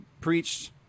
preached